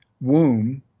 womb